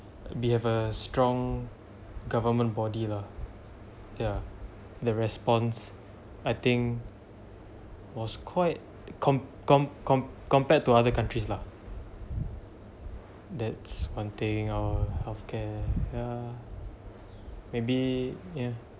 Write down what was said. we have a strong government body lah ya the response I think was quite com~ com~ com~ compared to other countries lah that's one thing our health care ya maybe ya